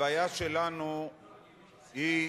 הבעיה שלנו היא,